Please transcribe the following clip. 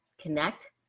connect